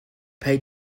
pay